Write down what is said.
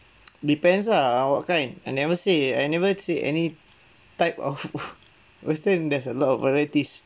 depends ah what kind I never say I never say any type of western there's a lot of varieties